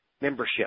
membership